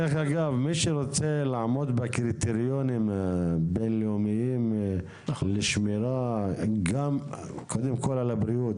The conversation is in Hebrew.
מי שרוצה לעמוד בקריטריונים הבין-לאומיים לשמירה קודם כל על הבריאות,